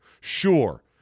sure